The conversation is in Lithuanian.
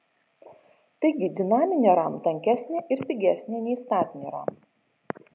taigi dinaminė ram tankesnė ir pigesnė nei statinė ram